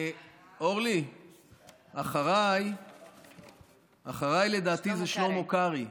אורלי, אחריי, לדעתי, שלמה קרעי.